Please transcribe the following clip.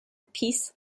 pease